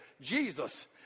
jesus